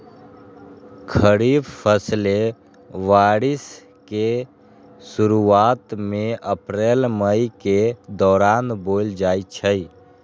खरीफ फसलें बारिश के शुरूवात में अप्रैल मई के दौरान बोयल जाई छई